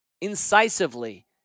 incisively